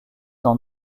dans